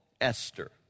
Esther